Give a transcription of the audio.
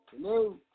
Hello